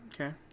Okay